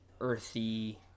earthy